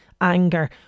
anger